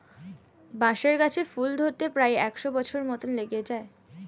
বাঁশের গাছে ফুল ধরতে প্রায় একশ বছর মত লেগে যায়